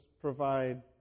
provide